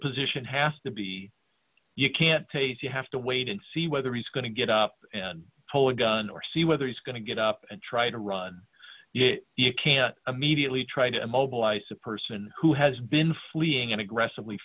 position has to be you can't taste you have to wait and see whether he's going to get up and hold a gun or see whether he's going to get up and try to run you can immediately try to mobilize a person who has been fleeing and aggressively